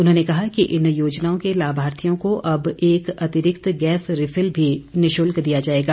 उन्होंने कहा कि इन योजनाओं के लाभार्थियों को अब एक अतिरिक्त गैस रिफिल भी निशुल्क दिया जाएगा